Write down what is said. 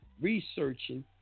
researching